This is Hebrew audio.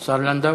השר לנדאו.